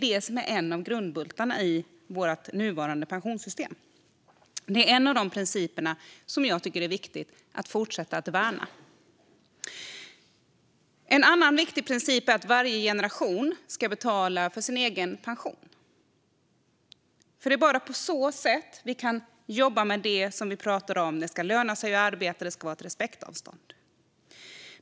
Det är en av grundbultarna i vårt nuvarande pensionssystem. Det är en av de principer som jag tycker är viktig att fortsätta att värna. En annan viktig princip är att varje generation ska betala för sin egen pension. Det är bara på så sätt vi kan jobba med det vi talar om. Det ska löna sig att arbeta, och det ska vara ett respektavstånd.